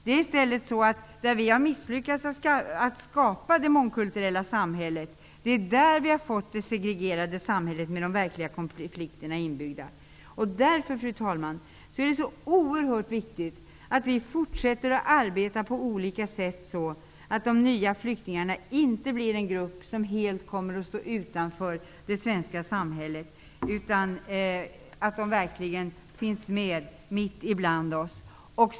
Det är i stället där vi har misslyckats att skapa den mångkulturella samhället som vi har fått det segregerade samhället med de inbyggda konflikterna. Fru talman! Det är oerhört viktigt att vi fortsätter att arbeta på olika sätt så att de nya flyktingarna inte blir en grupp som helt kommer att stå utanför det svenska samhället, utan så att de verkligen finns med mitt ibland oss.